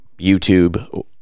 YouTube